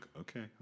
okay